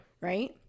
Right